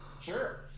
sure